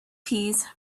peas